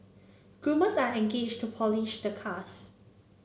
groomers are engaged to polish the cars